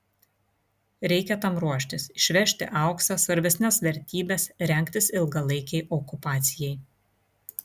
reikia tam ruoštis išvežti auksą svarbesnes vertybes rengtis ilgalaikei okupacijai